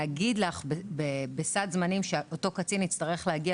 להגיד לך בסד זמנים שאותו קצין יצטרך להגיע